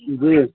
جی